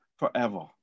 forever